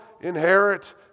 inherit